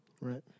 Right